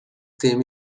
team